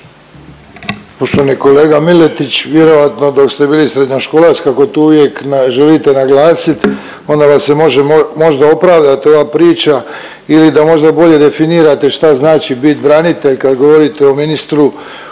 Poštovani kolega Miletić. Vjerojatno dok ste bili srednjoškolac kako tu uvijek želite naglasit onda vas možda može opravdat ova priča ili da možda da bolje definirate šta znači bit branitelj kad govorite o ministru unutarnjih